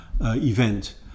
event